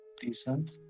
Decent